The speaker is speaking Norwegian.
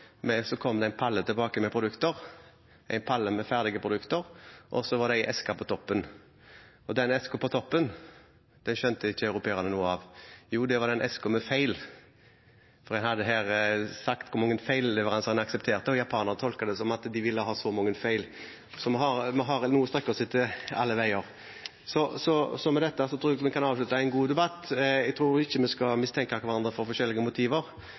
Så kom en palle med ferdige produkter tilbake, med en eske på toppen. Esken på toppen skjønte ikke europeerne noe av. Det var esken med feil, for man hadde sagt hvor mange feilleveranser man aksepterte, og japanerne tolket det som at man ville ha så mange feil. Vi har noe å strekke oss etter alle veier. Med dette tror jeg vi kan avslutte en god debatt. Jeg tror ikke vi skal mistenke hverandre for å ha forskjellige motiver,